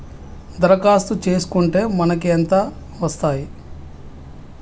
దరఖాస్తు చేస్కుంటే మనకి ఎంత వస్తాయి?